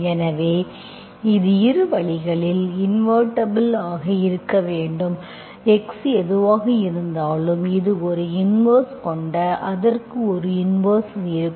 எனவே இது இரு வழிகளிலும் இன்வெர்ட்டிபுல் ஆக இருக்க வேண்டும் x எதுவாக இருந்தாலும் இது ஒரு இன்வெர்ஸ் கொண்ட அதற்கு ஒரு இன்வெர்ஸ் இருக்கும்